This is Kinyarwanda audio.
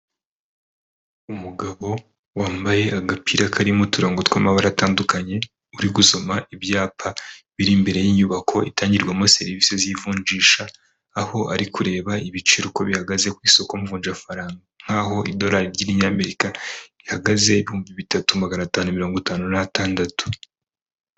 Umugabo wambaye agapira karimo uturongo tw'amabara kandi atandukanye uri gusoma ibyapa biri imbere y'inyubako itangirwamo serivisi z'ivunjisha aho ari kureba ibiciro uko bihagaze ku isoko mvunjafaranga nk'aho idorari ry'ibinyamerika rihagaze 5556.